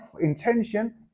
intention